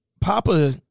Papa